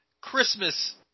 Christmas